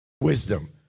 wisdom